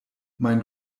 mein